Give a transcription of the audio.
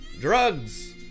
drugs